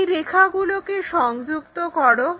এই রেখাগুলোকে সংযুক্ত করো